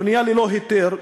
הבנייה ללא היתר,